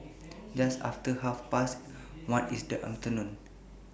Just after Half Past one in The afternoon